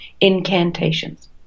incantations